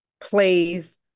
plays